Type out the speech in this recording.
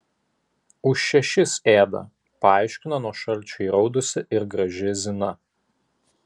už šešis ėda paaiškino nuo šalčio įraudusi ir graži zina